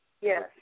Yes